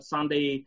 Sunday